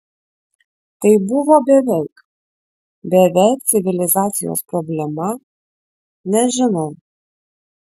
tai buvo beveik beveik civilizacijos problema nežinau